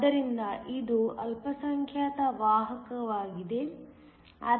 ಆದ್ದರಿಂದ ಇದು ಅಲ್ಪಸಂಖ್ಯಾತ ವಾಹಕವಾಗಿದೆ